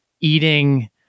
eating